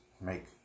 make